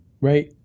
right